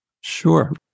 Sure